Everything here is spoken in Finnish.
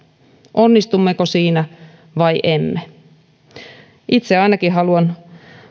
onnistummeko siinä vai emme itse ainakin haluan